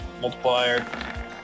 multiplier